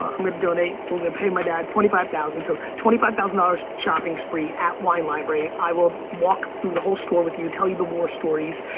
i'm gonna donate. we're gonna pay my dad twenty five thousand, so twenty five thousand dollars shopping spree at wine library. i will walk through the whole store with you, tell you the war stories,